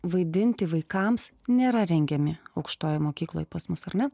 vaidinti vaikams nėra rengiami aukštojoj mokykloj pas mus ar ne